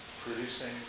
producing